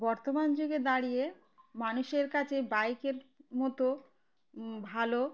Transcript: বর্তমান যুগে দাঁড়িয়ে মানুষের কাছে বাইকের মতো ভালো